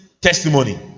testimony